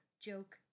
joke